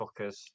fuckers